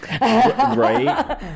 Right